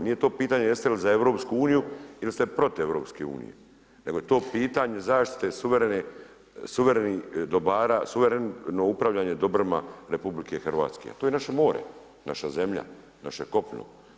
Nije to pitanje jeste li za EU ili ste protiv EU nego je to pitanje zaštite suverenih dobara suvereno upravljanje dobrima RH, a to je naše more, naša zemlja, naše kopno.